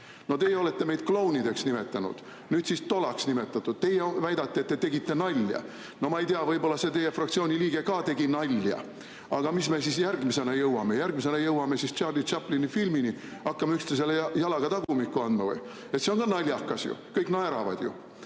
No teie olete meid klounideks nimetanud, nüüd on siis tolaks nimetatud. Teie väidate, et te tegite nalja. No ma ei tea, võib-olla see teie fraktsiooni liige ka tegi nalja. Aga kuhu me siis järgmisena jõuame? Järgmisena jõuame Charlie Chaplini filmini. Hakkame üksteisele jalaga tagumikku andma või? See on naljakas ju, kõik naeravad.